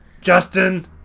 Justin